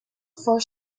for